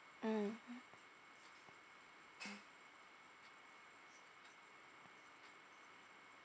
mmhmm